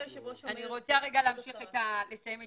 החלק הראשון זה לסיים עם